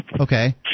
Okay